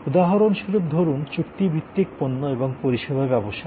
উদাহরণস্বরূপ ধরুন চুক্তিভিত্তিক পণ্য এবং পরিষেবা ব্যবসায়